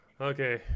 okay